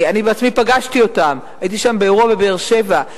אני בעצמי פגשתי אותן, הייתי באירוע שם בבאר-שבע.